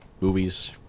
movies